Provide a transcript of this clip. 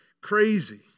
crazy